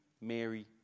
Mary